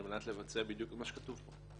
על מנת לבצע בדיוק את מה שכתוב פה.